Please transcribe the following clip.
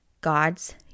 God's